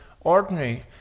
ordinary